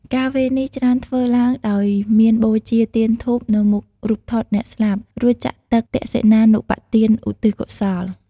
ការវេរនេះច្រើនធ្វើឡើងដោយមានបូជាទៀនធូបនៅមុខរូបថតអ្នកស្លាប់ រួចចាក់ទឹកទក្សិណានុប្បទានឧទ្ទិសកុសល។